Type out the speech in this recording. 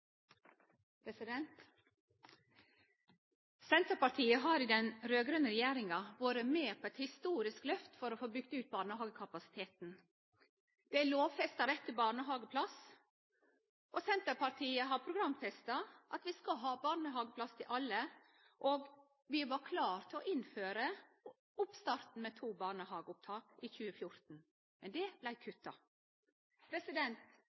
Senterpartiet har i den raud-grøne regjeringa vore med på eit historisk løft for å få bygd ut barnehagekapasiteten. Det er lovfesta rett til barnehageplass, og Senterpartiet har programfesta at vi skal ha barnehageplass til alle. Vi var klare til å innføre oppstarten med to barnehageopptak i 2014, men det blei